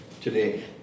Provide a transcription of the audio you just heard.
today